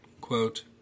Quote